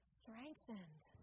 strengthened